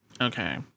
okay